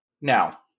Now